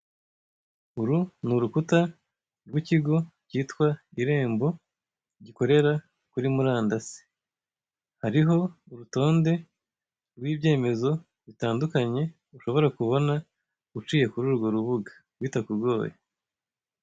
Uru ni urukuta rw'ikigo cyitwa irembo gikorera kuri murandasi, hariho urutonde rw'ibyemezo bitandukanye ushobora kubona uciye kuri urwo rubuga bitakugoye.